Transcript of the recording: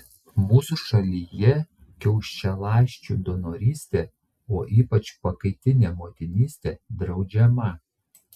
mūsų šalyje kiaušialąsčių donorystė o ypač pakaitinė motinystė draudžiama